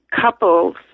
couple's